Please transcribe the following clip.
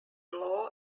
law